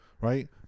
Right